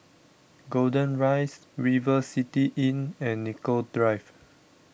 Golden Rise River City Inn and Nicoll Drive